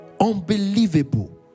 Unbelievable